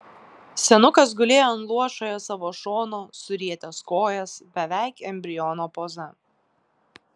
senukas gulėjo ant luošojo savo šono surietęs kojas beveik embriono poza